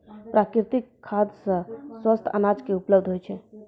प्राकृतिक खाद सॅ स्वस्थ अनाज के उत्पादन होय छै